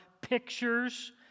pictures